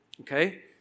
Okay